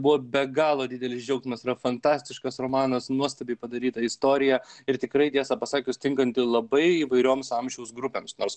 buvo be galo didelis džiaugsmas yra fantastiškas romanas nuostabiai padaryta istorija ir tikrai tiesą pasakius tinkanti labai įvairioms amžiaus grupėms nors